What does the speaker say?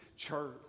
church